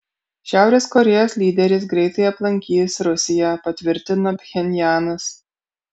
šiaurės korėjos lyderis greitai aplankys rusiją patvirtino pchenjanas